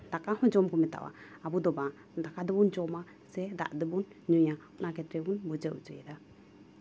ᱫᱟᱠᱟ ᱦᱚᱸ ᱡᱚᱢ ᱠᱚ ᱢᱮᱛᱟᱜᱼᱟ ᱟᱵᱚ ᱫᱚ ᱵᱟᱝ ᱫᱟᱠᱟ ᱫᱚᱵᱚᱱ ᱡᱚᱢᱼᱟ ᱥᱮ ᱫᱟᱜ ᱫᱚᱵᱚᱱ ᱧᱩᱭᱟ ᱚᱱᱟ ᱠᱷᱮᱛᱛᱨᱮ ᱵᱚᱱ ᱵᱩᱡᱷᱟᱹᱣ ᱦᱚᱪᱚᱭᱮᱫᱟ